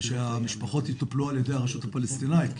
ושהמשפחות יטופלו על ידי הרשות הפלסטינית,